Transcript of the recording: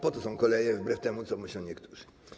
Po to są koleje, wbrew temu, co myślą niektórzy.